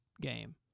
game